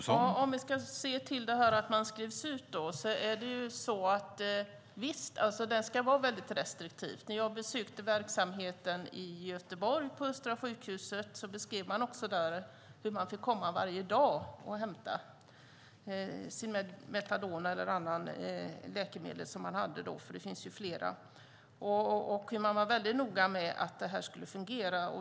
Herr talman! Visst, om vi ska se till det här att man skrivs ut så ska det vara väldigt restriktivt. När jag besökte verksamheten i Göteborg på Östra sjukhuset beskrev de hur man fick komma varje dag och hämta sitt metadon eller annat läkemedel - det finns ju flera - och hur de var väldigt noga med att det här skulle fungera.